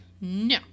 No